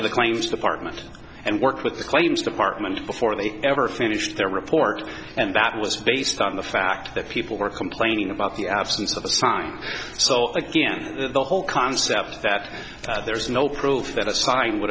to the claims department and work with the claims department before they ever finish their report and that was based on the fact that people were complaining about the absence of a sign so again the whole concept that there is no proof that a sign would